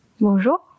Bonjour